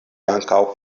ankaŭ